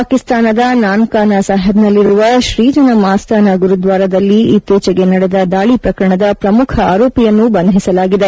ಪಾಕಿಸ್ತಾನದ ನನ್ಕಾನಾ ಸಾಹೇಬ್ನಲ್ಲಿರುವ ಶ್ರೀಜನಂ ಅಸ್ತಾನಾ ಗುರುದ್ವಾರಾದಲ್ಲಿ ಇತ್ತೀಚೆಗೆ ನಡೆದ ದಾಳಿ ಪ್ರಕರಣದ ಪ್ರಮುಖ ಆರೋಪಿಯನ್ನು ಬಂಧಿಸಲಾಗಿದೆ